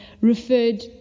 referred